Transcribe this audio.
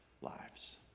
lives